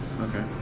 Okay